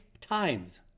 times